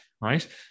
right